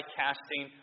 casting